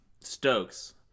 stokes